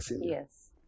Yes